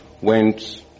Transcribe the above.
Went